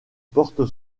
porte